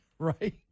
Right